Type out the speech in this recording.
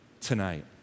tonight